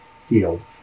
field